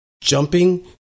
jumping